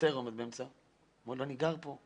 שוטר עמד שם והוא אמר לו שהוא גר במקום.